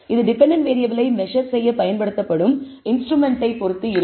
இது டெபென்டென்ட் வேறியபிளை மெஸர் செய்ய பயன்படுத்தப்படும் இன்ஸ்ட்ருமென்ட் பொறுத்து இருக்கும்